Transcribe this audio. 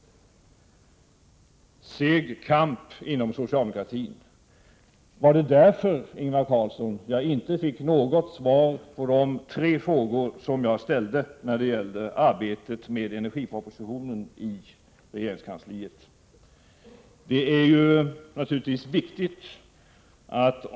Seg Kamp inom socialdemokratin. Var det därför, Ingvar Carlsson, som jag inte fick något svar på de tre frågor som jag ställde när det gällde arbetet med energipropositionen i regeringskansliet?